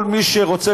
כל מי שרוצה,